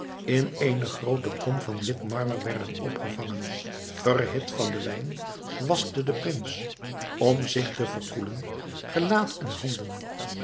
in eene groote kom van wit marmer werden opgevangen verhit van den wijn waschte de prins om zich te verkoelen gelaat en handen